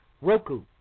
Roku